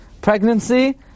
pregnancy